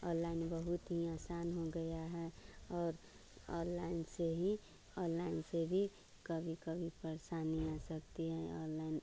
online बहुत ही आसान हो गया है और ओनलाइन से ही ओनलाइन से भी कभी कभी परेशानी हो सकती है ओनलाइन